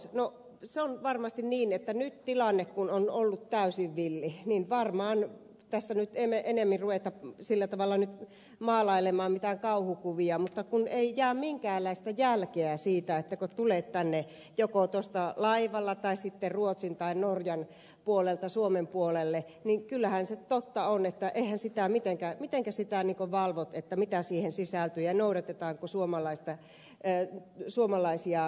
se on varmasti niin että nyt kun tilanne on ollut täysin villi niin varmaan tässä ei enemmin ruveta nyt maalailemaan mitään kauhukuvia mutta kun ei jää minkäänlaista jälkeä siitä kun tulet tänne joko tuosta laivalla tai sitten ruotsin tai norjan puolelta suomen puolelle niin kyllähän se totta on että mitenkä sitä valvot mitä siihen sisältyy ja noudatetaanko suomalaisia